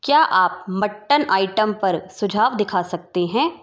क्या आप mutton item पर सुझाव दिखा सकते हैं